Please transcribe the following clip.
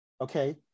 okay